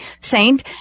saint